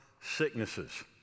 sicknesses